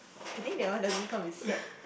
I think that one doesn't come with set